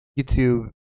YouTube